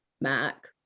Mac